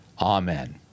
Amen